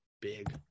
Big